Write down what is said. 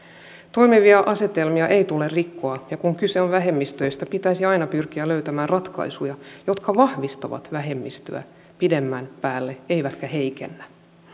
toimivia asetelmia ei tule rikkoa ja kun kyse on vähemmistöistä pitäisi aina pyrkiä löytämään ratkaisuja jotka vahvistavat vähemmistöä pidemmän päälle eivätkä heikennä